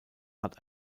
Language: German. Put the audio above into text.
hat